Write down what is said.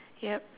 yup